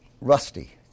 rusty